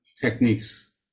techniques